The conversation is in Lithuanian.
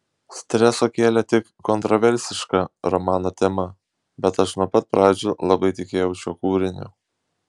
streso kėlė tik kontroversiška romano tema bet aš nuo pat pradžių labai tikėjau šiuo kūriniu